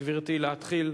גברתי, להתחיל.